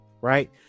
right